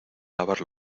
lavar